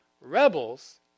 rebels